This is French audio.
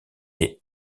est